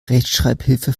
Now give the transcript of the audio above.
rechtschreibhilfe